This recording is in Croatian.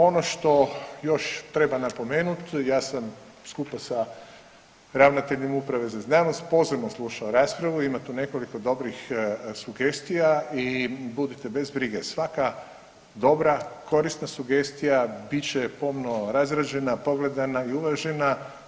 Ono što još treba napomenut, ja sa skupa sa ravnateljem uprave za znanost pozorno slušao raspravu, ima tu nekoliko dobrih sugestija i budite bez brige, svaka dobra, korisna sugestija bit će pomno razrađena, pogledana i umrežena.